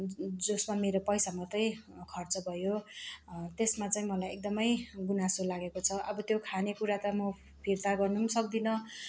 जोसमा मेरो पैसा मात्रै खर्च भयो त्यसमा चाहिँ मलाई एकदमै गुनासो लागेको छ अब त्यो खानेकुरा त म फिर्ता गर्न पनि सक्दिनँ